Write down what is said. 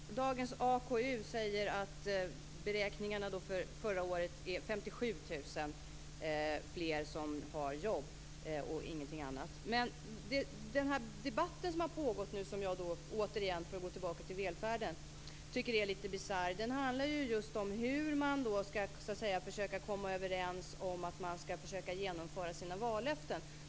Fru talman! I dagens AKU anges att beräkningarna för förra året är att 57 000 fler har jobb och ingenting annat. Den här debatten som nu har pågått och som jag tycker är lite bisarr - för att gå tillbaka till välfärden - handlar ju just om hur man skall försöka komma överens om att man skall försöka genomföra sina vallöften.